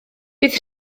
bydd